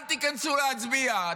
אל תיכנסו להצביע.